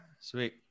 Sweet